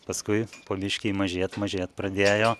paskui po biškį mažėt mažėt pradėjo